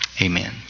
Amen